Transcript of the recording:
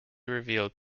revealed